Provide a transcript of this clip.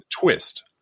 twist